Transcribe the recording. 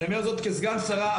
אני אומר זאת כסגן שרה,